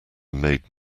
made